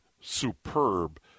superb